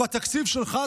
למה בתקציב שלך,